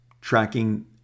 tracking